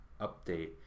update